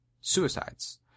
suicides